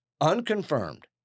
unconfirmed